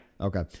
Okay